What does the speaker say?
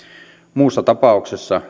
muussa tapauksessa